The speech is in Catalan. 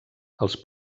els